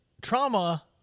trauma